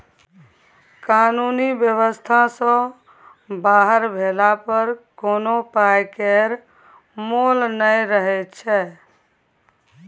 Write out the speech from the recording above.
कानुनी बेबस्था सँ बाहर भेला पर कोनो पाइ केर मोल नहि रहय छै